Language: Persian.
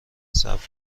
صبر